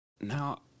now